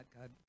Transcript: God